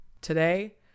Today